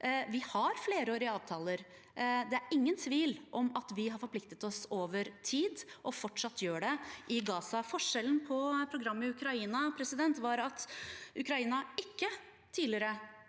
Vi har flerårige avtaler. Det er ingen tvil om at vi har forpliktet oss over tid og fortsatt gjør det i Gaza. Forskjellen med programmet i Ukraina var at Ukraina ikke tidligere